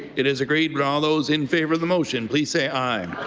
it is agreed. would all those in favor of the motion please say aye.